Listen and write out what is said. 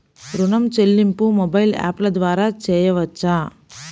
ఋణం చెల్లింపు మొబైల్ యాప్ల ద్వార చేయవచ్చా?